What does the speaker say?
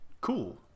cool